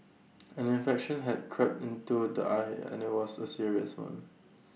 an infection had crept into the eye and IT was A serious one